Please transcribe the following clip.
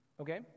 okay